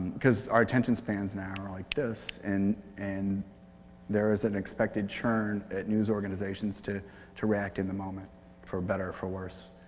our attention spans now are like this. and and there is an expected churn at news organizations to to react in the moment for better or for worse.